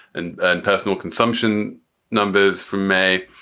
and and personal consumption numbers from may.